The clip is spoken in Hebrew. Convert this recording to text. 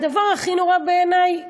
והדבר הכי נורא בעיני,